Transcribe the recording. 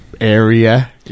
area